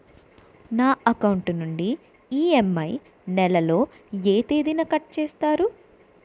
నా అకౌంట్ నుండి ఇ.ఎం.ఐ నెల లో ఏ తేదీన కట్ చేస్తారు?